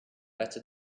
better